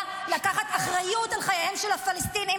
לקחת אחריות על חייהם של הפלסטינים,